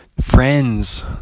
Friends